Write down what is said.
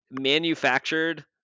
manufactured